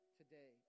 today